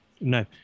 no